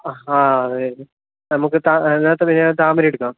ആ അതെ നമുക്ക് അതിനകത്തുനിന്നു താമര എടുക്കാം